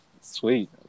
Sweet